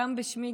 גם בשמי,